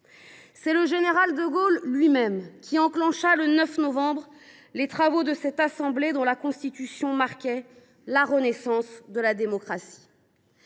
C’est le général de Gaulle lui même qui, le 9 novembre 1944, inaugura les travaux de cette assemblée dont la constitution marquait la renaissance de la démocratie.